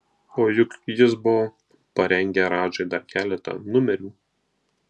o juk jis buvo parengę radžai dar keletą numerių